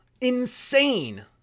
insane